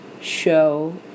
show